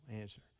answer